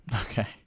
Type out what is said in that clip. Okay